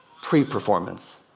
pre-performance